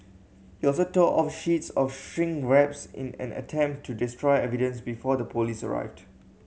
he also tore off sheets of shrink wraps in an attempt to destroy evidence before the police arrived